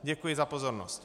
Děkuji za pozornost.